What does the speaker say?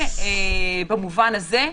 במובן הזה,